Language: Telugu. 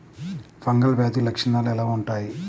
ఫంగల్ వ్యాధి లక్షనాలు ఎలా వుంటాయి?